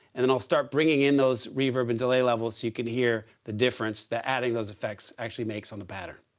and then i'll start bringing in those reverb and delay levels so you can hear the difference that adding those effects actually makes on the pattern.